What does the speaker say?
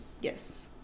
Yes